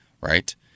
right